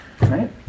right